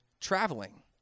traveling